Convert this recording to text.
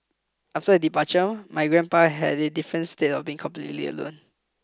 after her departure my grandpa had a different state of being completely alone